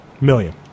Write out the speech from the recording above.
million